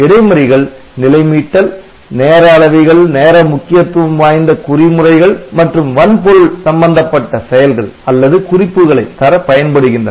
இடைமறிகள் நிலை மீட்டல் நேர அளவிகள் நேர முக்கியத்துவம் வாய்ந்த குறி முறைகள் மற்றும் வன்பொருள் சம்பந்தப்பட்ட செயல்கள் அல்லது குறிப்புகளைத் தர பயன்படுகின்றன